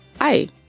Hi